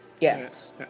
Yes